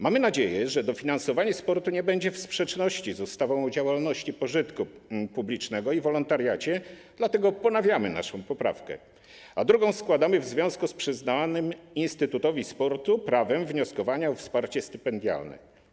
Mamy nadzieję, że dofinansowanie sportu nie będzie w sprzeczności z ustawą o działalności pożytku publicznego i wolontariacie, dlatego ponawiamy naszą poprawkę, a drugą składamy w związku z przyznawanym Instytutowi Sportu prawem wnioskowania o wsparcie stypendialne.